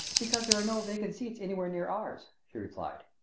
because there are no vacant seats anywhere near ours, she replied.